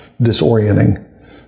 disorienting